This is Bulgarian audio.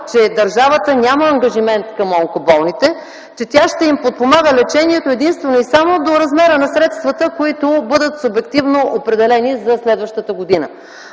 че държавата няма ангажимент към онкоболните, че тя ще им подпомага лечението единствено и само до размера на средствата, които бъдат субективно определени за следващата година.